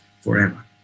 forever